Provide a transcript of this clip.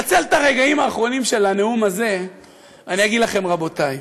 אז אני אנצל את הרגעים האחרונים של הנאום הזה ואני אגיד לכם: רבותי,